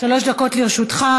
שלוש דקות לרשותך.